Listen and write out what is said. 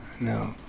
no